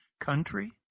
country